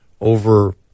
over